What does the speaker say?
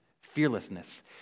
fearlessness